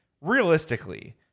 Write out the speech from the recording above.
realistically